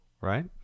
right